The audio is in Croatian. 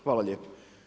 Hvala lijepo.